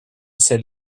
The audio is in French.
ses